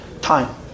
time